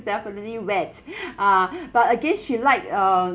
definitely wet uh but again she liked uh